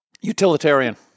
Utilitarian